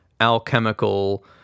alchemical